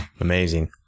Amazing